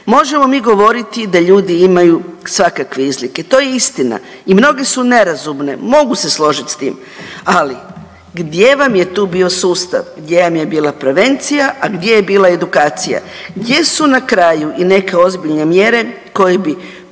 Možemo mi govoriti da ljudi imaju svakakve izlike, to je istina i mnogi su nerazumne, mogu se složiti s tim. Ali, gdje vam je tu bio sustav? Gdje vam je bila prevencija, a gdje je bila edukacija? Gdje su na kraju i neke ozbiljne mjere koje bi